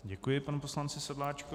Děkuji panu poslanci Sedláčkovi.